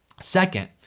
Second